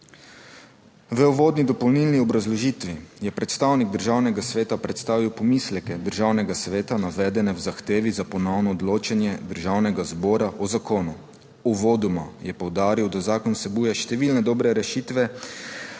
V uvodni dopolnilni obrazložitvi je predstavnik Državnega sveta predstavil pomisleke Državnega sveta, navedene v zahtevi za ponovno odločanje Državnega zbora o zakonu. Uvodoma je poudaril, da zakon vsebuje številne dobre rešitve,